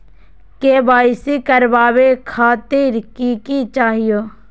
KYC करवावे खातीर कि कि चाहियो?